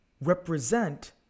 represent